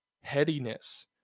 headiness